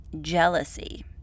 jealousy